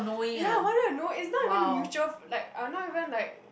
ya one week you know it's not even a mutual f~ like not even like